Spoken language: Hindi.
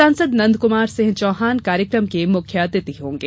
सांसद नंदकुमार सिंह चौहान कार्यक्रम के मुख्य अतिथि होंगे